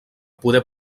poder